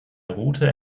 route